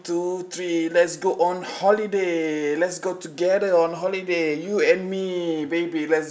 two three let's go on holiday let's go together on holiday you and me baby let's